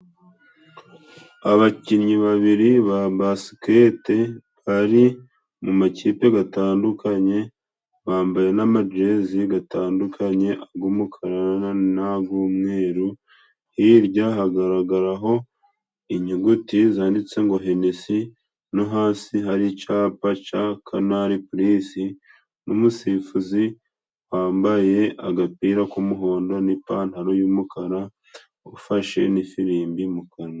Abakinnyi babiri ba basiketi bari mu makipe gatandukanye bambaye n'amajezi gatandukanye g'umukara nag'umweru hirya hagaragaraho inyuguti zanditse ngo henisi no hasi hari icapa ca canari purizi n'umusifuzi wambaye agapira k'umuhondo n'ipantaro yumukara ufashe n'ifirimbi mu kanwa.